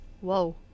whoa